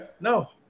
No